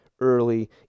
early